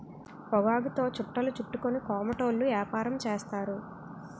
పొగాకుతో చుట్టలు చుట్టుకొని కోమటోళ్ళు యాపారం చేస్తారు